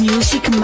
Music